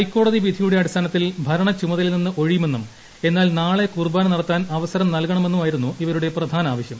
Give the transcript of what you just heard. ഹൈക്കോടതി വിധിയുടെ അടിസ്ഥാനത്തിൽ ഭരണ ചുമതലയിൽ നിന്ന് ഒഴിയുമെന്നും എന്നാൽ നാളെ കുർബാന നടത്താൻ അവസരം നൽകണമെന്നായിരുന്നു ഇവരുടെ പ്രധാനം ആവശ്യം